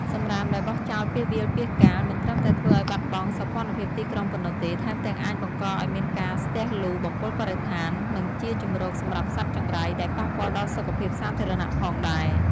សំរាមដែលបោះចោលពាសវាលពាសកាលមិនត្រឹមតែធ្វើឲ្យបាត់បង់សោភ័ណភាពទីក្រុងប៉ុណ្ណោះទេ ថែមទាំងអាចបង្កឲ្យមានការស្ទះលូ បំពុលបរិស្ថាន និងជាជម្រកសម្រាប់សត្វចង្រៃ ដែលប៉ះពាល់ដល់សុខភាពសាធារណៈផងដែរ។